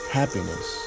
happiness